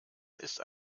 ist